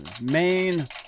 main